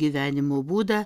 gyvenimo būdą